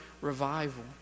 revival